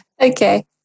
Okay